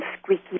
squeaky